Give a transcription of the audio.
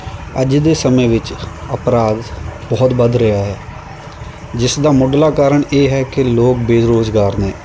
ਅੱਜ ਦੇ ਸਮੇਂ ਵਿੱਚ ਅਪਰਾਧ ਬਹੁਤ ਵੱਧ ਰਿਹਾ ਹੈ ਜਿਸ ਦਾ ਮੁੱਢਲਾ ਕਾਰਨ ਇਹ ਹੈ ਕਿ ਲੋਕ ਬੇਰੁਜ਼ਗਾਰ ਨੇ